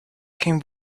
came